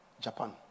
Japan